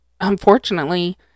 unfortunately